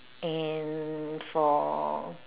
and for